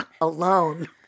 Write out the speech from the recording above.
alone